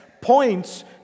points